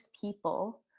people